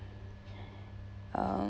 um